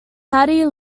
patty